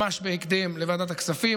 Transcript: ממש בהקדם לוועדת הכספים.